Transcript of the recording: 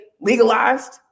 legalized